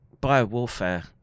bio-warfare